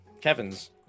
Kevin's